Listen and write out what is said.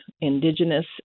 indigenous